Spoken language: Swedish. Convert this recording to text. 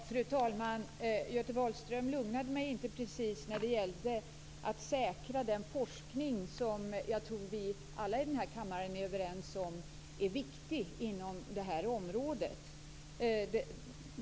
Fru talman! Göte Wahlström lugnade mig inte precis när det gällde att säkra den forskning som jag tror att vi alla i denna kammare är överens om är viktig inom det här området.